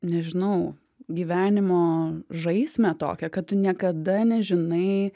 nežinau gyvenimo žaismę tokią kad tu niekada nežinai